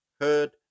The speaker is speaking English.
heard